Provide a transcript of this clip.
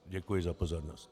Děkuji za pozornost.